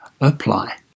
apply